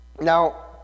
Now